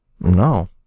No